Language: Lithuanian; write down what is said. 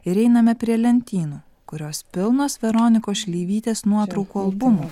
ir einame prie lentynų kurios pilnos veronikos šleivytės nuotraukų albumų